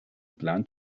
blunt